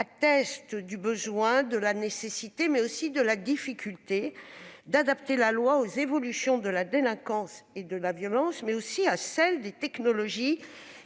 atteste de la nécessité, mais aussi de la difficulté, d'adapter la loi aux évolutions de la délinquance et de la violence, ainsi qu'à celles des technologies,